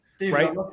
right